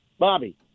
Bobby